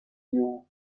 you